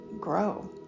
grow